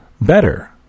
better